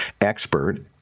expert